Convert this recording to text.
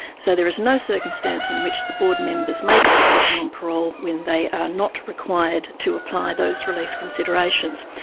so there is no circumstance in which the board members make a decision on parole when they are not required to apply those release considerations.